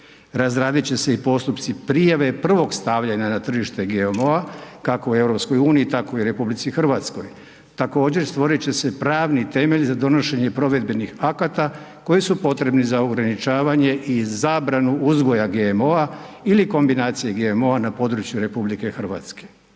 Razradit će se i postupci prijave prvog stavljanja na tržište GMO-a kako u EU tako i u RH. Također stvorit će se pravni temelj za donošenje provedbenih akata koji su potrebni za ograničavanje i zabranu uzgoja GMO-a ili kombinaciju GMO-a na području RH. Također